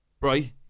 Right